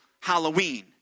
Halloween